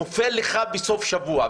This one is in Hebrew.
נופל לך בסוף שבוע,